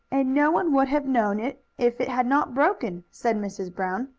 and no one would have known it if it had not broken, said mrs. brown.